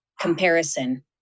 comparison